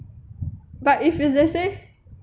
but if you just say